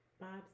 Bob